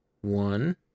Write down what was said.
one